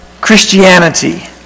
Christianity